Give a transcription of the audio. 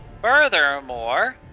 Furthermore